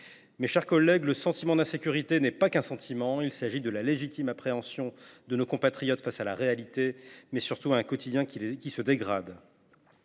Mes chers collègues, le sentiment d’insécurité n’est pas qu’un sentiment : il s’agit de la légitime appréhension de nos compatriotes face à la réalité, mais surtout face à un quotidien qui se dégrade.